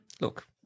look